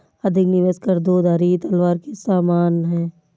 अधिक निवेश करना दो धारी तलवार के समान है